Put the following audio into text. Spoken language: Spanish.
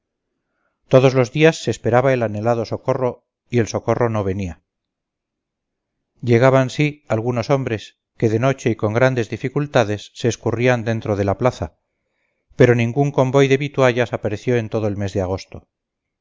todos los días se esperaba el anhelado socorro y el socorro no venía llegaban sí algunos hombres que de noche y con grandes dificultades se escurrían dentro de la plaza pero ningún convoy de vituallas apareció en todo el mes de agosto